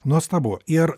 nuostabu ir